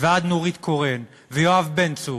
ועד נורית קורן, ויואב בן צור,